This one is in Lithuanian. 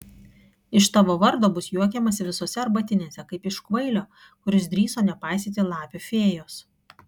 iš tavo vardo bus juokiamasi visose arbatinėse kaip iš kvailio kuris drįso nepaisyti lapių fėjos